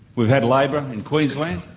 we've had labor in queensland,